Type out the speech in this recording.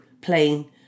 playing